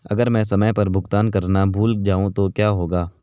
अगर मैं समय पर भुगतान करना भूल जाऊं तो क्या होगा?